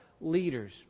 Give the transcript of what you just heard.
leaders